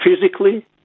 physically